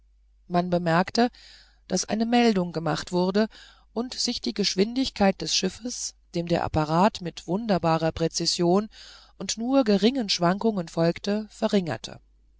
man bemerkte daß eine meldung gemacht wurde und sich die geschwindigkeit des schiffes dem der apparat mit wunderbarer präzision und nur geringen schwankungen folgte verringerte